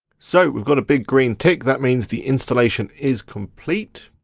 so we've got a big green tick, that means the installation is complete.